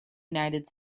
united